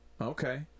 okay